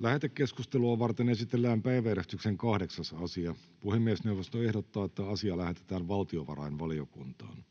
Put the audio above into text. Lähetekeskustelua varten esitellään päiväjärjestyksen 4. asia. Puhemiesneuvosto ehdottaa, että asia lähetetään hallintovaliokuntaan.